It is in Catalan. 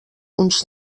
uns